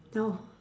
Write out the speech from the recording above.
know